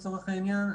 לצורך העניין,